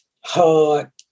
hard